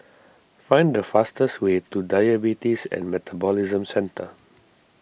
find the fastest way to Diabetes and Metabolism Centre